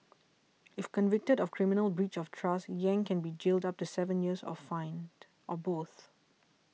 if convicted of criminal breach of trust Yang can be jailed up to seven years or fined or both